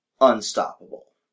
unstoppable